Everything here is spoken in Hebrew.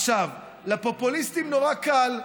עכשיו, לפופוליסטים נורא קל.